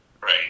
Right